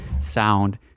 sound